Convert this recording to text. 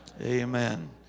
Amen